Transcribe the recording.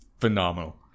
Phenomenal